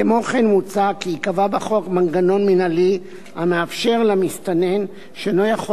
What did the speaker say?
כמו כן מוצע כי ייקבע בחוק מנגנון מינהלי המאפשר למסתנן שאינו יכול